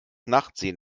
nachtsehen